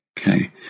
Okay